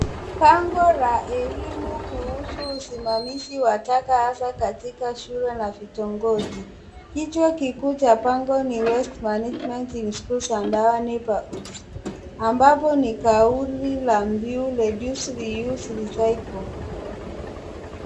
Bango la elimu kuhusu usimamizi wa taka hasa katika shule na vitongoji. Kichwa kikuu cha bango ni Waste Management in Schools and Our Neighbourhoods ambapo ni kauli la mbiu Reduce, Reuse, Recycle .